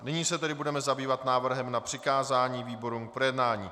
Nyní se tedy budeme zabývat návrhem na přikázání výborům k projednání.